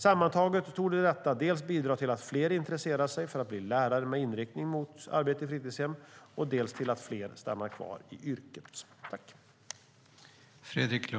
Sammantaget torde detta dels bidra till att fler intresserar sig för att bli lärare med inriktning mot arbete i fritidshem, dels till att fler stannar kvar i yrket.